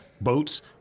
boats